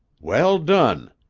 well done.